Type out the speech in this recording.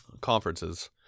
conferences